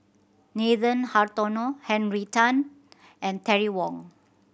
Nathan Hartono Henry Tan and Terry Wong